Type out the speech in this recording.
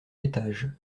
étage